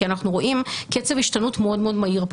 כי אנחנו רואים קצב השתנות מאוד מהיר פה